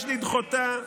לדחותה,